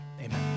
Amen